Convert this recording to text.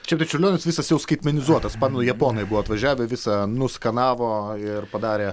šiaip tai čiurlionis visas jau skaitmenizuotas pamenui japonai buvo atvažiavę visą nuskanavo ir padarė